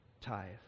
tithe